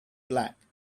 black